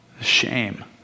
Shame